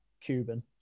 Cuban